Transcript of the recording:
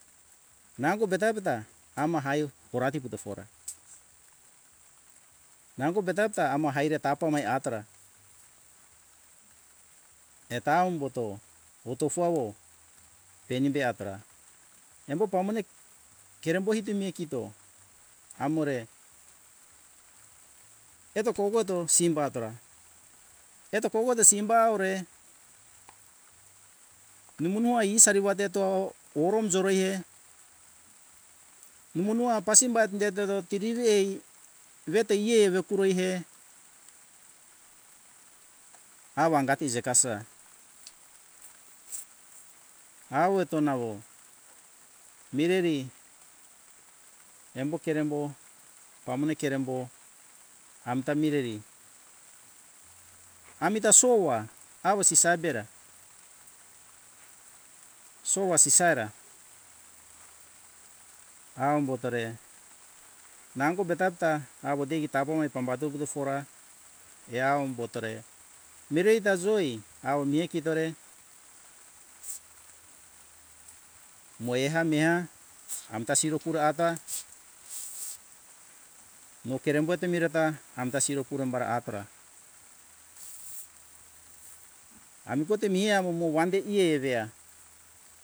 Nango peta - peta amo haio orate fito fora nango peta - peta amo aire tapa me atora eto aumbuto otofu awo enembe atora embo pamone kerembo itume kito amore eto kogoto simba tora eto kogoto simba oure numo nua isari wateto orom joroie numo nua apasimba inde todo tidiri ae veto eai eve kuroie awa anga tise kasoa awote nawo mireri embo kerembo pamone kerembo amta mireri amita sowoa awo sisa bera sowa sisa era aumbotore nango peta - peta awo degi tapo mai pambato puto fora ke aumbotore mirerita joi awo me kitore mohea meha amta siro pura ata mo kerembo eto mireta amta siro kuro bara atora ami kote mi awo mo wan be ieve eha